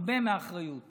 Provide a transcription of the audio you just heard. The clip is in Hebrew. הרבה מאחריות